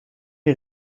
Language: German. die